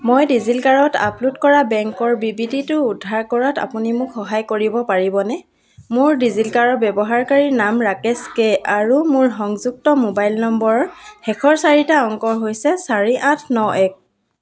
মই ডিজিলকাৰত আপলোড কৰা বেংকৰ বিবৃতিটো উদ্ধাৰ কৰাত আপুনি মোক সহায় কৰিব পাৰিবনে মোৰ ডিজিলকাৰ ব্যৱহাৰকাৰীনাম ৰাকেশ কে আৰু মোৰ সংযুক্ত মোবাইল নম্বৰৰ শেষৰ চাৰিটা অংক হৈছে চাৰি আঠ ন এক